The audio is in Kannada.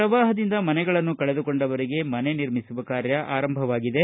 ಪ್ರವಾಹದಿಂದ ಮನೆಗಳನ್ನು ಕಳೆದುಕೊಂಡವರಿಗೆ ಮನೆ ನಿರ್ಮಿಸುವ ಕಾರ್ಯ ಆರಂಭವಾಗಿದೆ